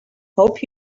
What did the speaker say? hope